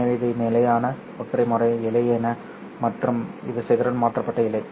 எனவே இது நிலையான ஒற்றை முறை இழை மற்றும் இது சிதறல் மாற்றப்பட்ட இழை